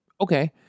okay